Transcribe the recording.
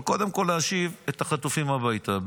אבל קודם כול להשיב את החטופים הביתה,